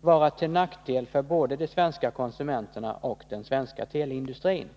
”vara till nackdel för både de svenska konsumenterna och den svenska teleindustrin”.